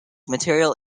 material